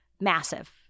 massive